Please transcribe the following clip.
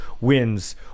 wins